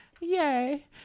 Yay